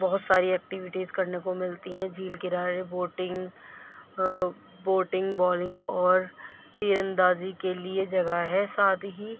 بہت ساری ایکٹیویٹیز کرنے کو ملتی ہیں جھیل کنارے بوٹنگ بوٹنگ بالنگ اور تیر اندازی کے لیے جگہ ہے ساتھ ہی